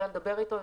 יודע לדבר איתו,